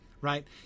right